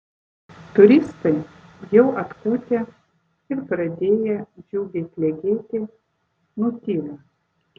turistai jau atkutę ir pradėję džiugiai klegėti nutyla